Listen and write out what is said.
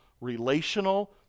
relational